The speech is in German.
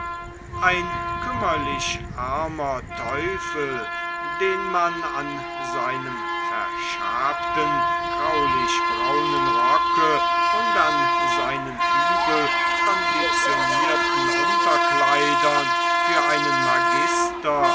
ein kümmerlich armer teufel den man an seinem verschabten graulich braunen rocke und an seinen übelkonditionierten unterkleidern für einen magister